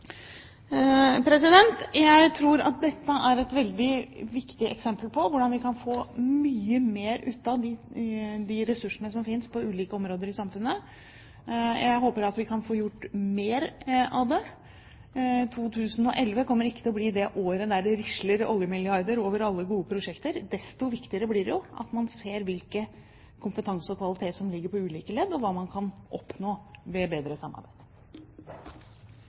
Jeg tror at dette er et veldig viktig eksempel på hvordan vi kan få mye mer ut av de ressursene som finnes på ulike områder i samfunnet. Jeg håper vi kan få gjort mer av det. 2011 kommer ikke til å bli det året der det risler oljemilliarder over alle gode prosjekter. Desto viktigere blir det at man ser hvilken kompetanse og kvalitet som ligger på ulike ledd, og hva man kan oppnå ved bedre samarbeid.